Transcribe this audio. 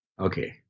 Okay